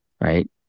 right